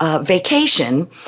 vacation